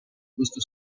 questo